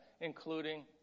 including